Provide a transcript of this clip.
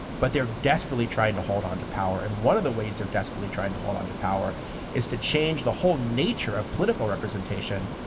but they're desperately trying to hold onto power. and one of the ways they're desperately trying to hold onto power is to change the whole nature of political representation.